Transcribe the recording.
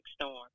Storm